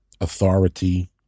authority